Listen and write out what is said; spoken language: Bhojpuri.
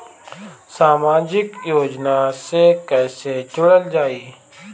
समाजिक योजना से कैसे जुड़ल जाइ?